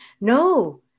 No